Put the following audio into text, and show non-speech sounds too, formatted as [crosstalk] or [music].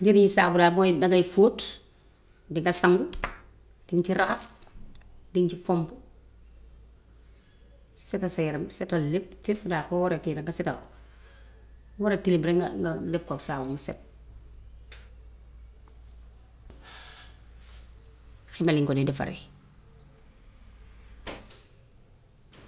Njëriñi saabu daal mooy dangay fóot, dinga sangu, diŋ ci raxas, diŋ ci fompu setal sa yaram, setal lépp, fépp daal. Foo war a kii rekk nga setal ko. Fu war a tilim rekk nga nga nga def kook saabu bam set. [noise] Xime lañ ko dee defare.